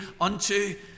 unto